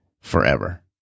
forever